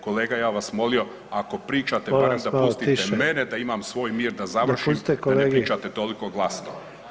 Kolega ja bi vas molio ako pričate barem da pustite mene da imam svoj mir da završim, da ne pričate toliko glasno.